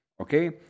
Okay